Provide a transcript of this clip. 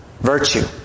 virtue